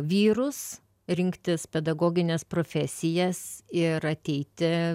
vyrus rinktis pedagogines profesijas ir ateiti